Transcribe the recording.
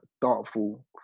thoughtful